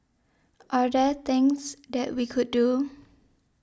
are there things that we could do